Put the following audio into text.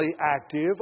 active